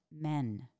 men